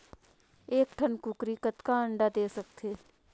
एक ठन कूकरी कतका अंडा दे सकथे?